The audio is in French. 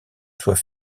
soit